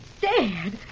Dad